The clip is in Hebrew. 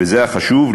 וזה החשוב,